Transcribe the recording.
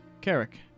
Carrick